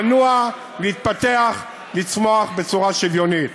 לנוע, להתפתח ולצמוח בצורה שוויונית.